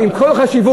עם כל החשיבות,